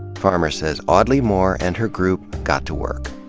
farmer says audley moore and her group got to work.